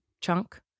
chunk